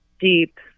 deep